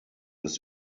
des